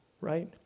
right